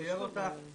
הוא תיאר אותה